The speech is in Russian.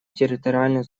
территориальную